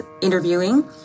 interviewing